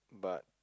but